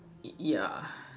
it yeah